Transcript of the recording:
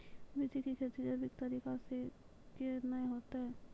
मिर्ची की खेती जैविक तरीका से के ना होते?